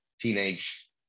teenage